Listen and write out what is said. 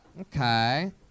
Okay